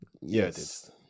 yes